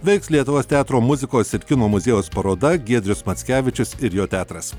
veiks lietuvos teatro muzikos ir kino muziejaus paroda giedrius mackevičius ir jo teatras